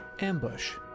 Ambush